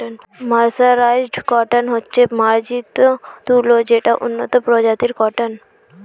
mercerised cotton হচ্ছে মার্জিত তুলো যেটা উন্নত প্রজাতির কটন